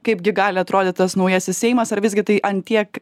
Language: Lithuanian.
kaipgi gali atrodyti tas naujasis seimas ar visgi tai ant tiek